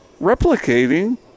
replicating